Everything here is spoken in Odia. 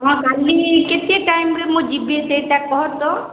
ହଁ କାଲି କେତେ ଟାଇମ୍ ରେ ମୁଁ ଯିବି ସେଇଟା କହ ତ